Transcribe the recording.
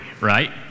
right